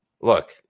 Look